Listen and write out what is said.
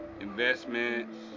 investments